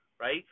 Right